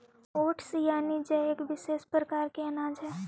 oats यानि जई एक विशेष प्रकार के अनाज हइ